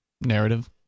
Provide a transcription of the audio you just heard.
narrative